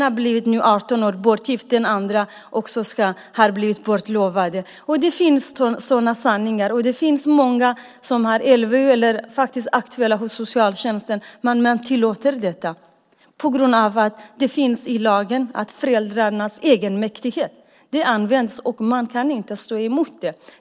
En är 18 år och har blivit bortgift, och den andra har blivit bortlovad. Det finns sådana sanningar. Det finns många som är omhändertagna enligt LVU eller som är aktuella hos socialtjänsten, men man tillåter detta på grund av att det står i lagen om föräldrarnas egenmäktighet. Det används, och man kan inte stå emot det.